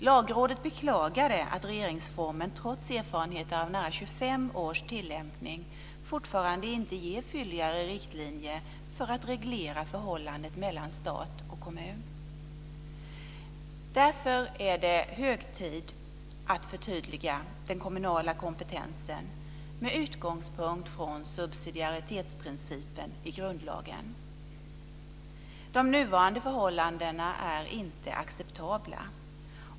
Lagrådet beklagade att regeringsformen trots erfarenheter av nära 25 års tillämpning fortfarande inte ger fylligare riktlinjer för att reglera förhållandet mellan stat och kommun. Därför är det hög tid att förtydliga den kommunala kompetensen med utgångspunkt från subsidiaritetsprincipen i grundlagen. De nuvarande förhållandena är inte acceptabla.